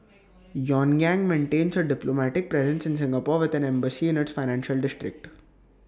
pyongyang maintains A diplomatic presence in Singapore with an embassy in its financial district